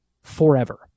forever